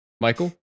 michael